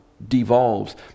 devolves